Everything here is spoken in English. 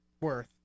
worth